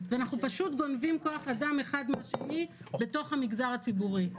ואנחנו פשוט גונבים כוח אדם אחד מהשני בתוך המגזר הציבורי.